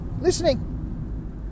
listening